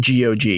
GOG